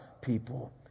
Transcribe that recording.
people